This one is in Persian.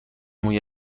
موی